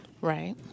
Right